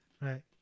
right